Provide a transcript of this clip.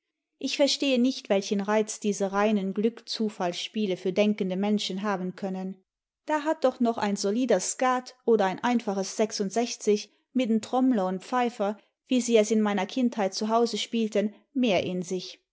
ich verstehe nicht welchen reiz diese reinen glückzufallspiele für denkende menschen haben können da hat doch noch ein solider skat oder ein einfaches sechsundisechzig mit n trommler und pfeifer wie sie es in meiner kinderzeit zu hause spielten mehr in sich